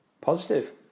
Positive